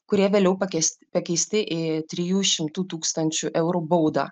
kurie vėliau pakeisti pakeisti į trijų šimtų tūkstančių eurų baudą